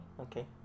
okay